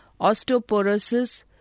osteoporosis